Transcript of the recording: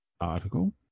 article